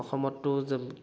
অসমতো যে